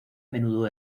menudo